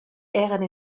eran